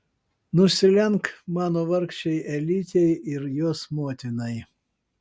nusilenk mano vargšei elytei ir jos motinai